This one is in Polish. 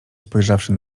spojrzawszy